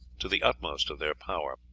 to the utmost of their power.